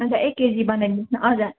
हजुर एक केजी बनाइदिनुहोस् न हजुर